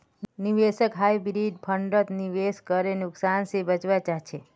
निवेशक हाइब्रिड फण्डत निवेश करे नुकसान से बचवा चाहछे